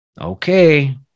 Okay